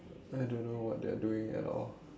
I don't know what they're doing at all